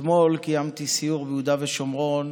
אתמול קיימתי סיור ביהודה ושומרון